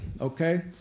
okay